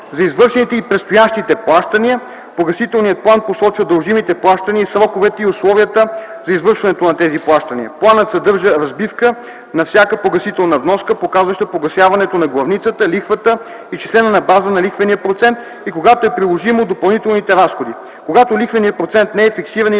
за извършените и предстоящите плащания; погасителният план посочва дължимите плащания и сроковете и условията за извършването на тези плащания; планът съдържа разбивка на всяка погасителна вноска, показваща погасяването на главницата, лихвата, изчислена на базата на лихвения процент, и когато е приложимо, допълнителните разходи; когато лихвеният процент не е фиксиран